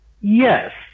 yes